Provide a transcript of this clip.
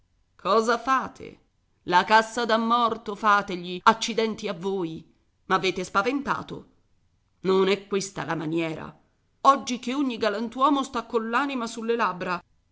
cosa fate la cassa da morto fategli accidenti a voi m'avete spaventato non è questa la maniera oggi che ogni galantuomo sta coll'anima sulle labbra